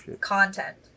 content